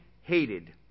hated